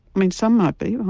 i mean some might be,